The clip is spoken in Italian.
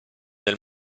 del